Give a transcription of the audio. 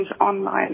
online